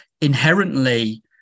inherently